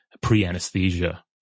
pre-anesthesia